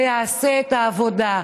ויעשו את העבודה.